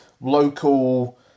local